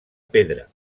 pedra